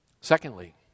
Secondly